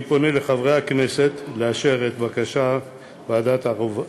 אני פונה לחברי הכנסת לאשר את בקשת ועדת העבודה,